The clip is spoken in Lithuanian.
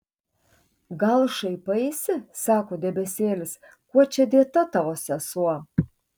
gal šaipaisi sako debesėlis kuo čia dėta tavo sesuo